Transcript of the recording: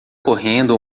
correndo